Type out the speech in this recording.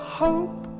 hope